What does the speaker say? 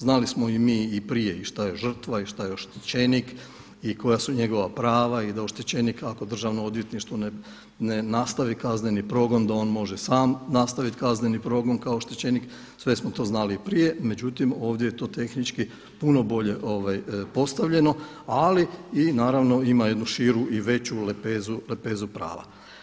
Znali smo i mi i prije i šta je žrtva, i šta je oštećenik i koja su njegova prava i da oštećenik ako Državno odvjetništvo ne nastavi kazneni progon da on može sam nastaviti kazneni progon kao oštećenik, sve smo to znali i prije, međutim ovdje je to tehnički puno bolje postavljeno, ali i naravno ima jednu širu i veću lepezu prava.